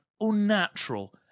unnatural